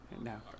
No